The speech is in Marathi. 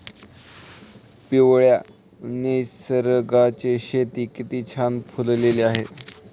पिवळ्या नर्गिसचे शेत किती छान फुलले होते